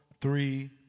three